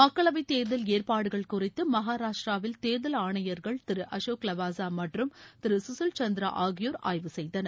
மக்களவை தேர்தல் ஏற்பாடுகள் குறித்து மகாராஷ்டிராவில் தேர்தல் ஆணையர்கள் திரு அசேக் லவாசா மற்றும் திரு சுசில் சந்திரா ஆகியோா் ஆய்வு செய்தனர்